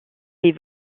les